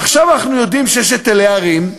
עכשיו אנחנו יודעים שיש היטלי הרים,